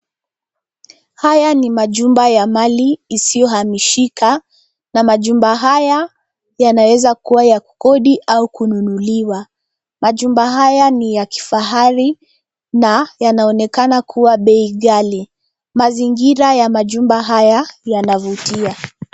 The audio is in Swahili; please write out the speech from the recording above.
Haya ni majumba ya mali isiyohamishika, na majumba haya yanaweza kuwa ya kukodi au kununuliwa. Majumba haya ni ya kifahari na yanaonekana kuwa bei ghali. Mazingira ya majumba haya yanavutia.